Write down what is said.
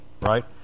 right